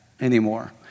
anymore